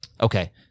Okay